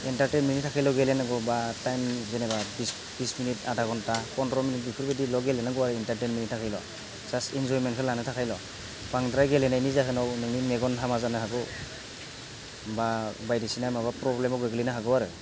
एन्टारटेनमेननि थाखायल' गेलेनांगौ बा टाइम जेनेबा बिस मिनिट आधा घन्टा पन्द्र मिनिट बेफोरबायदिल' गेलेनांगौ आरो इन्टारटेनमेन्टनि थाखायल' जास्ट एन्जयमेन्ट लानो थाखायल' बांद्राय गेलेनायनि जाहोनावनो मेगन हामा जानो हागौ बा बायदिसिना माबा प्रब्लेमाव गोलैनो हागौ आरो